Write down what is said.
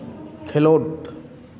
ᱠᱷᱮᱞᱳᱰ